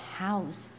house